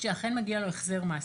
שאכן מגיע לו החזר מס.